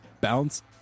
bounce